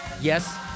Yes